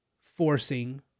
Forcing